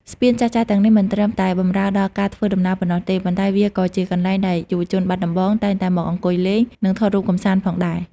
ស្ពានចាស់ៗទាំងនេះមិនត្រឹមតែបម្រើដល់ការធ្វើដំណើរប៉ុណ្ណោះទេ ប៉ុន្តែវាក៏ជាកន្លែងដែលយុវជនបាត់ដំបងតែងតែមកអង្គុយលេង និងថតរូបកម្សាន្តផងដែរ។